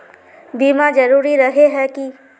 बीमा जरूरी रहे है की?